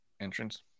entrance